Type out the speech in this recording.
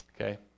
Okay